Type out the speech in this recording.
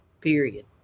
period